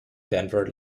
denver